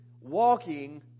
walking